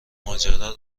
ماجرا